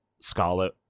scarlet